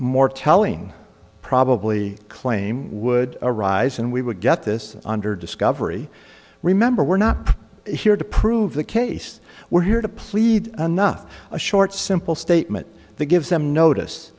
more telling probably claim would arise and we would get this under discovery remember we're not here to prove the case we're here to plead anough a short simple statement the give them notice